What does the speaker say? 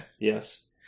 Yes